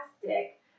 Fantastic